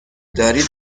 دارید